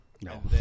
No